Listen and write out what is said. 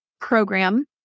program